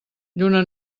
lluna